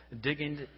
digging